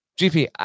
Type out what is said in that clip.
GP